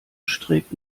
trägt